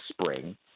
spring